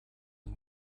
een